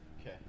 Okay